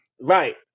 right